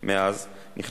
אין